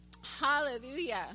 Hallelujah